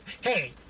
hey